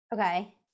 Okay